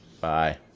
Bye